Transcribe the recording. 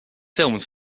films